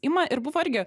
ima ir buvo irgi